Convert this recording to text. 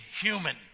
human